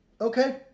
Okay